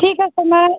ठीक है सर मैं